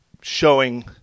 showing